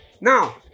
Now